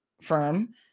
firm